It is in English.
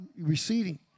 receding